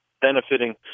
benefiting